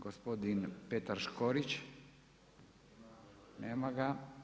Gospodin Petar Škorić, nema ga.